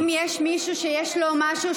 אם יש מישהו שיש לו משהו,